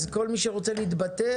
כל מי שרוצה להתבטא,